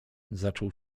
zaczął